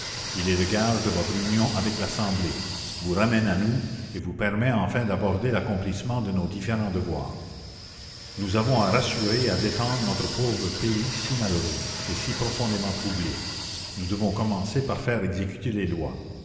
il est le gage de votre union avec l'assemblée vous ramène à nous et vous permet enfin d'aborder l'accomplissement de nos différents devoirs nous avons à rassurer et à défendre notre pauvre pays si malheureux et si profondément troublé nous devons commencer par faire exécuter les lois